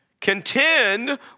contend